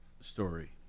story